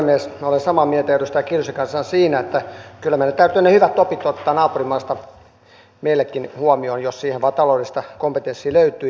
minä olen samaa mieltä edustaja kiljusen kanssa siinä että kyllä meidän täytyy ne hyvät opit ottaa naapurimaista meillekin huomioon jos siihen vain taloudellista kompetenssia löytyy